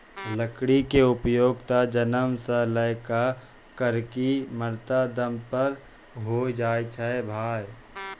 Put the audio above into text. लकड़ी के उपयोग त जन्म सॅ लै करिकॅ मरते दम तक पर होय छै भाय